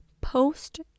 post